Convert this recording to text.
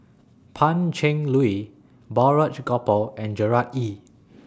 Pan Cheng Lui Balraj Gopal and Gerard Ee